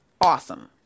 awesome